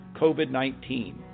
COVID-19